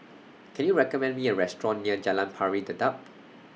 Can YOU recommend Me A Restaurant near Jalan Pari Dedap